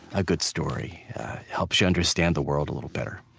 a good story helps you understand the world a little better.